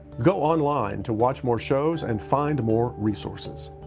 go online to watch more shows and find more resources.